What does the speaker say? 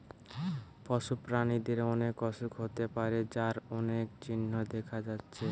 পশু প্রাণীদের অনেক অসুখ হতে পারে যার অনেক চিহ্ন দেখা যাচ্ছে